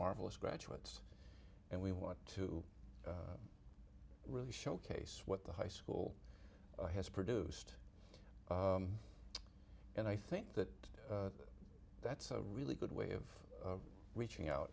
marvelous graduates and we want to really showcase what the high school has produced and i think that that's a really good way of reaching out